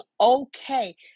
okay